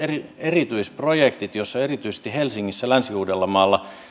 eritysprojektit joissa erityisesti helsingissä länsi uudellamaalla ja